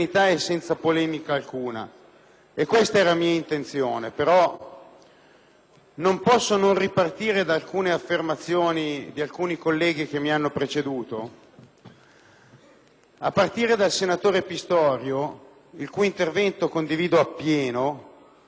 Non posso, però, non ripartire da alcune affermazioni fatte da alcuni colleghi che mi hanno preceduto, a partire dal senatore Pistorio, il cui intervento condivido appieno, e che va a ricollegarsi con l'intervento del senatore Perduca.